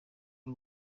y’u